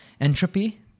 Entropy